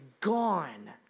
gone